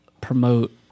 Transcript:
promote